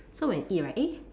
so when we eat right eh